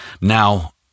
Now